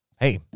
Hey